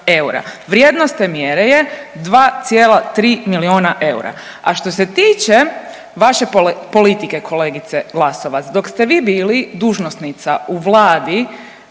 eura, vrijednost te mjere je 2,3 milijuna eura. A što se tiče vaše politike kolegice Glasovac, dok ste vi bili dužnosnica u Vladi